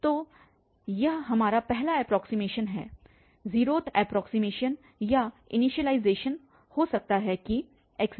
तो यह हमारा पहला एप्रोक्सीमेशन है 0th एप्रोक्सीमेशन या इनिशियलाइज़ेशन जो कहता है कि x005